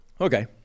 Okay